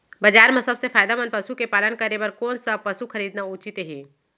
बजार म सबसे फायदामंद पसु के पालन करे बर कोन स पसु खरीदना उचित हे?